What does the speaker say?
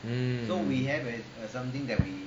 mm